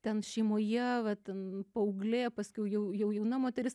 ten šeimoje va ten paauglė paskiau jau jau jauna moteris